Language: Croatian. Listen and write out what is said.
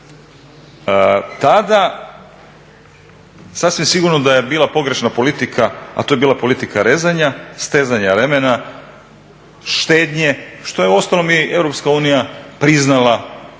tada sasvim sigurno da je bila pogrešna politika a to je bila politika rezanja, stezanja remena, štednje, što je uostalom i EU priznala